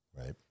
Right